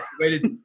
Waited